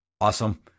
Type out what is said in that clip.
Awesome